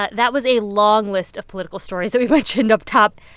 that that was a long list of political stories that we mentioned up top.